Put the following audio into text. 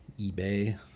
eBay